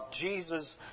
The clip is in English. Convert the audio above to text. Jesus